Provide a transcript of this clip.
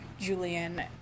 Julian